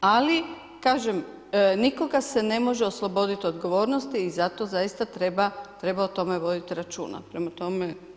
Ali kažem nikoga se ne može osloboditi odgovornosti i zato zaista treba o tome voditi računa, prema tome.